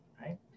right